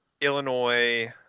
Illinois